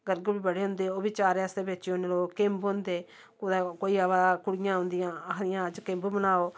gurgle बी बड़े होंदे ओह् बी अचारै आस्तै बेची उड़ने ओह् केम्ब होंदे कुतै कोई आवै दा कुड़ि़यां आंदियां आखदियां अज्ज केम्ब बनाओ